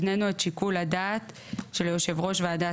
הבננו את שיקול הדעת של יושב ראש ועדת